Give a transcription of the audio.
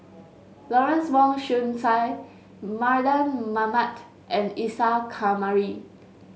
Lawrence Wong Shyun Tsai Mardan Mamat and Isa Kamari